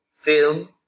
film